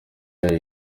yayo